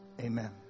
Amen